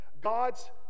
God's